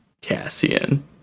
Cassian